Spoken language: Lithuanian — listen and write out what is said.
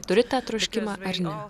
turite troškimą ar ne